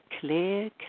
clear